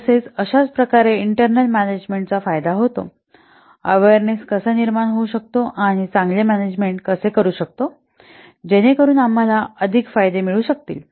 तसेच अशाच प्रकारे इंटर्नल मॅनेजमेंटचा फायदा होतो अवेअरनेस कसा निर्माण होऊ शकतो आणि चांगले मॅनेजमेंट कसे करू शकतो जेणेकरून आम्हाला अधिक फायदे मिळू शकतील